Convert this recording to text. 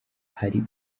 hari